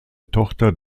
tochter